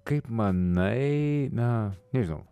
kaip manai na nežinau